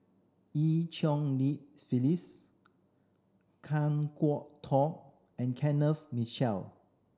Eu Cheng Li Phyllis Kan Kwok Toh and Kenneth Mitchell